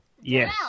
Yes